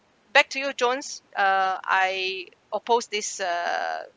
back to you johns uh I oppose this uh